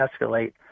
escalate